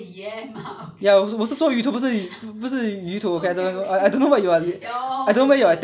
ya 我是说鱼头不是鱼头 I don't know what you are list~ I don't know what you are